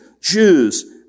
Jews